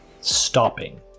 stopping